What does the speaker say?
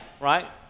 right